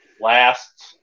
last